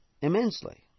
immensely